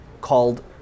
called